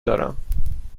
دارم